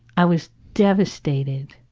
i was devastated.